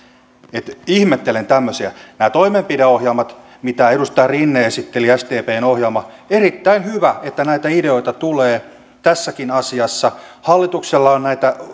että ihmettelen tämmöisiä nämä toimenpideohjelmat mitä edustaja rinne esitteli sdpn ohjelma erittäin hyvä että näitä ideoita tulee tässäkin asiassa hallituksella on näitä